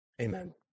amen